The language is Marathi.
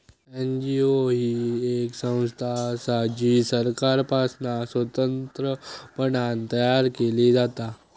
एन.जी.ओ ही येक संस्था असा जी सरकारपासना स्वतंत्रपणान तयार केली जाता